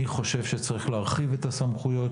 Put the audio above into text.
אני חושב שצריך להרחיב את הסמכויות